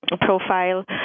Profile